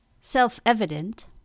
self-evident